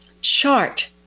chart